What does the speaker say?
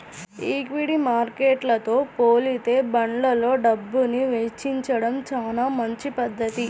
equity మార్కెట్టుతో పోలిత్తే బాండ్లల్లో డబ్బుని వెచ్చించడం చానా మంచి పధ్ధతి